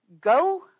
go